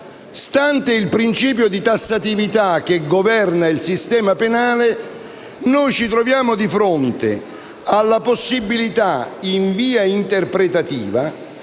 stante il principio di tassatività che governa il sistema penale, noi ci troviamo di fronte alla possibilità, in via interpretativa,